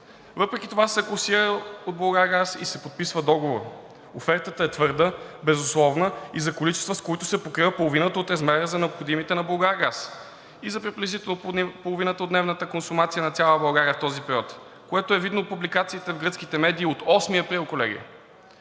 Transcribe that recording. въпреки това се класира от „Булгаргаз“ и се подписва договор. Офертата е твърда, безусловна и за количества, с които се покрива половината от размера за необходимите на „Булгаргаз“ и за приблизително половината от дневната консумация на цяла България в този период. Това е видно от публикациите в гръцките медии от 8 април, колеги,